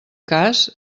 cas